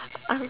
um